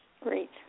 Great